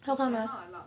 how come